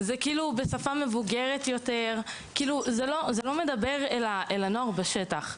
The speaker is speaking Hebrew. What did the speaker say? זה בשפה מבוגרת יותר וזה לא מדבר לבני הנוער בשטח.